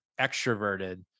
extroverted